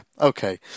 okay